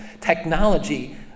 Technology